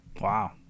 Wow